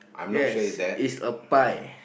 yes it's a pie